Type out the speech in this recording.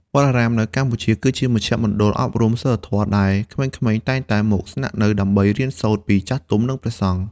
វត្តអារាមនៅកម្ពុជា គឺជាមជ្ឈមណ្ឌលអប់រំសីលធម៌ ដែលក្មេងៗតែងតែមកស្នាក់នៅដើម្បីរៀនសូត្រពីចាស់ទុំ និងព្រះសង្ឃ។